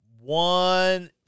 one